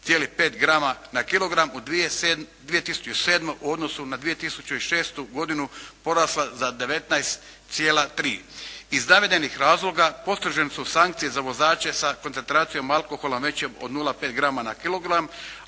u 2007. u odnosu na 2006. godinu poraslo za 19,3. Iz navedenih razloga postrožene su sankcije za vozače sa koncentracijom alkohola većom od 0,5 g na kilogram